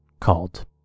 Called